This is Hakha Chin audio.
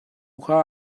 kha